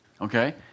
Okay